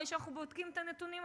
הרי כשאנחנו בודקים את הנתונים,